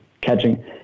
catching